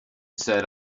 said